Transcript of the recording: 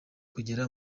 kugera